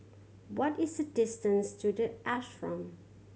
what is the distance to The Ashram